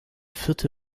vierte